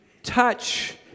touch